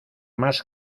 más